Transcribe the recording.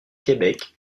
québec